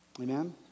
Amen